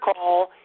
call